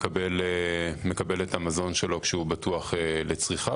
מקבל את המזון שלו כשהוא בטוח לצריכה,